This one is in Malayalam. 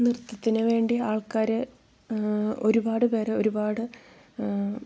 നൃത്തത്തിന് വേണ്ടി ആൾക്കാര് ഒരുപാട് പേര് ഒരുപാട്